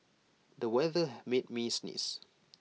the weather made me sneeze